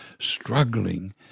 struggling